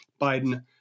Biden